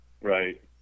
Right